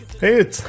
Hey